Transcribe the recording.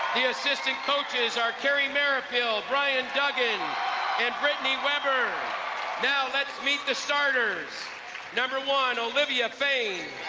the assistant coaches are kerry merrifield, bryan duggan and britteny weber now let's meet the starters number one, olivia fain.